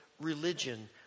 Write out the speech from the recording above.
religion